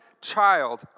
child